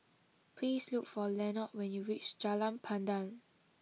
please look for Lenord when you reach Jalan Pandan